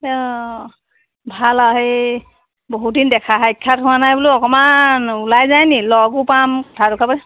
অ ভাল আৰু সেই বহুত দিন দেখা সাক্ষাৎ হোৱা নাই বোলো অকণমান ওলাই যায়নি লগো পাম ভাল খবৰ